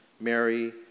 Mary